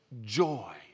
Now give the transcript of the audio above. joy